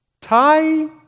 tie